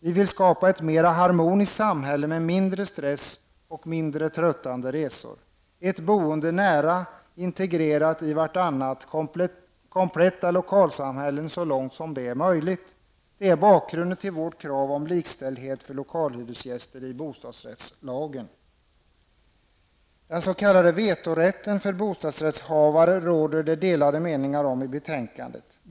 Vi vill skapa ett mer harmoniskt samhälle med mindre stress och mindre tröttande resor. Önskemål om ett nära integrerat boende och så långt möjligt kompletta lokalsamhällen är bakgrunden till vårt krav på likställdhet för lokalhyresgäster i bostadsrättslagen. Beträffande den s.k. vetorätten för bostadsrättshavare redovisas delade meningar i betänkandet.